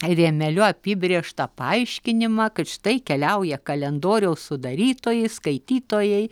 rėmeliu apibrėžtą paaiškinimą kad štai keliauja kalendoriaus sudarytojai skaitytojai